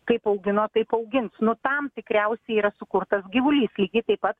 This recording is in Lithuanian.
kaip augino taip augins nu tam tikriausiai yra sukurtas gyvulys lygiai taip pat